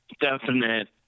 definite